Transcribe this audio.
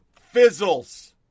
Fizzles